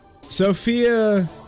Sophia